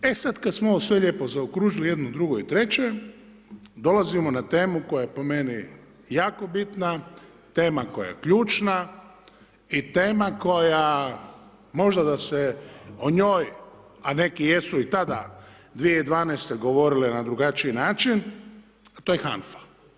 Dakle, e sad kad smo ovo sve lijepo zaokružili, jedno, drugo i treće, dolazimo na temu koja je po meni jako bitna, tema koja je ključna i tema koja možda da se o njoj a neki jesu i tada 2012. govorile na drugačiji način, a to je HANFA.